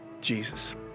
Jesus